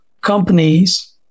companies